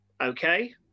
okay